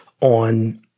on